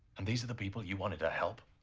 and these are the people you wanted to help?